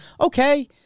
okay